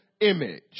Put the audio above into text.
image